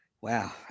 Wow